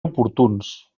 oportuns